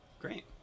Great